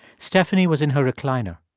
stephanie was in her recliner.